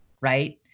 right